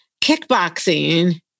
Kickboxing